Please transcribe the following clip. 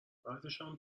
بعدشم